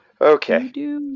Okay